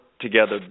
together